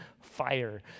fire